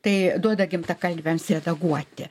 tai duoda gimtakalbiams redaguoti